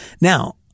Now